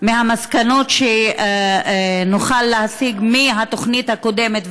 מהמסקנות שנוכל להסיק מהתוכנית הקודמת,